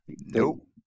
Nope